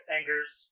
Angers